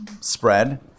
spread